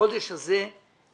במשך החודש הזה תחשבו.